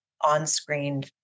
on-screen